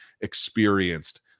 experienced